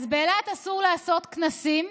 אז באילת אסור לעשות כנסים.